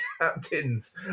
captains